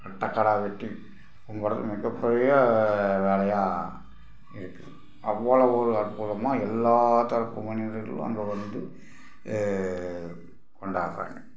ஆட்டு கிடா வெட்டி கும்பிட்றது மிகப்பெரிய வேலையாக இருக்குது அவ்வளோவு அற்புதமாக எல்லா தரப்பு மனிதர்களும் அங்கே வந்து கொண்டாடுறாங்க